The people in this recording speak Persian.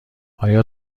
آیا